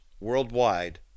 worldwide